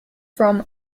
from